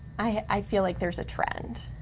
i feel like there's a trend.